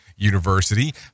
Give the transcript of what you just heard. University